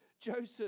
Joseph